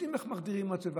יודעים איך מחדירים מוטיבציה: